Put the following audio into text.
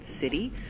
city